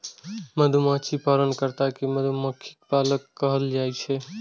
मधुमाछी पालन कर्ता कें मधुमक्खी पालक कहल जाइ छै